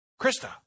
Krista